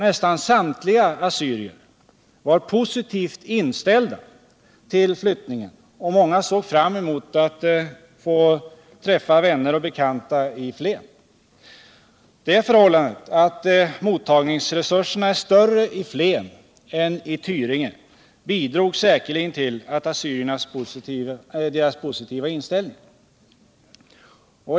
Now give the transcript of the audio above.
Nästan samtliga assyrier var positivt inställda till flyttningen och många såg fram mot att få träffa vänner och bekanta i Flen. Det förhållandet att mottagningsresurserna är större i Flen än i Tyringe bidrog säkerligen till assyriernas positiva inställning.